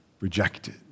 rejected